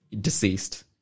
deceased